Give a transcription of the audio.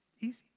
easy